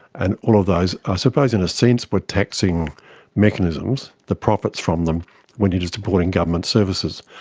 and all of those i suppose in a sense were taxing mechanisms, the profits from them went into supporting government services.